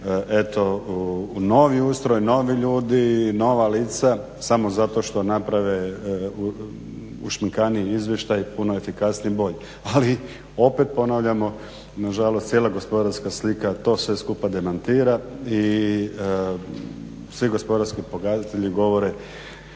eto novi ustroj, novi ljudi, nova lica, samo zato što naprave ušminkaniji izvještaj, puno efikasniji i bolji. Ali opet ponavljamo, nažalost cijela gospodarska slika to sve skupa demantira i svi gospodarski pokazatelji govore